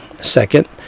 Second